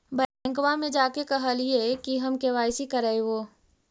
बैंकवा मे जा के कहलिऐ कि हम के.वाई.सी करईवो?